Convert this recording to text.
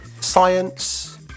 science